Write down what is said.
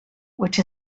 which